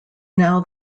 now